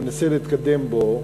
ומנסה להתקדם בו,